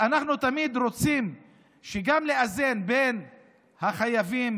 אנחנו תמיד רוצים גם לאזן: לתת לחייבים